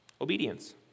Obedience